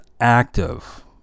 active